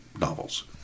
novels